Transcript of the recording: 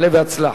עלה והצלח.